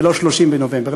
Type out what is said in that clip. ולא 30 בנובמבר,